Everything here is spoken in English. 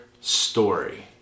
story